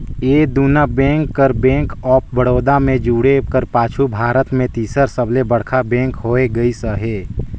ए दुना बेंक कर bank of Baroda में जुटे कर पाछू भारत में तीसर सबले बड़खा बेंक होए गइस अहे